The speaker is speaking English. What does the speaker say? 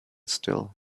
still